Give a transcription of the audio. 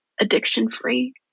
addiction-free